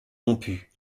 rompue